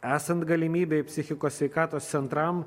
esant galimybei psichikos sveikatos centram